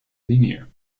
linear